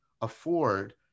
afford